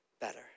better